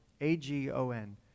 A-G-O-N